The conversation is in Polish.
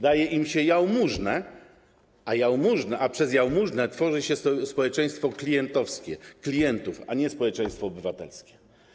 Daje im się jałmużnę, a przez jałmużnę tworzy się społeczeństwo klientowskie, klientów, a nie społeczeństwo obywatelskie.